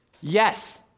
Yes